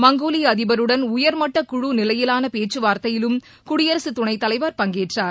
மங்கோலிய அதிபருடன் உயர்மட்டக் குழு நிலையிலான பேச்சுவார்த்தையிலும் குடியரசுத் துணைத் தலைவர் பங்கேற்றார்